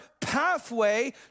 pathway